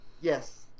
Yes